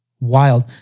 Wild